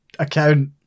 account